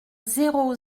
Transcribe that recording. zéro